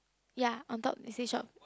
ya on top it says shop